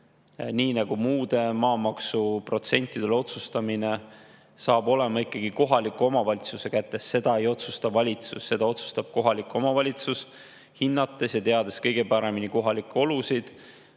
nii nagu muude maamaksu protsentide üle otsustamine, saab olema kohaliku omavalitsuse kätes. Seda ei otsusta valitsus, seda otsustab kohalik omavalitsus, sest tema teab kõige paremini kohalikke olusid